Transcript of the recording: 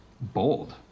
bold